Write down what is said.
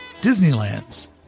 Disneyland's